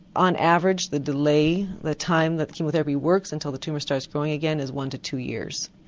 on average the delay, the time that chemotherapy works until the tumour starts growing again is one to two years.